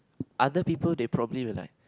other people they probably will like